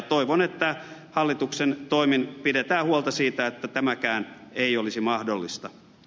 toivon että hallituksen toimin pidetään huolta siitä että tämäkään ei olisi mahdollista